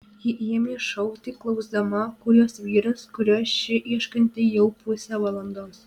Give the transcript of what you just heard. ji ėmė šaukti klausdama kur jos vyras kurio ši ieškanti jau pusę valandos